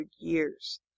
years